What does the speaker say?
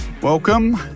Welcome